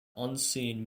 unseen